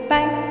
Bye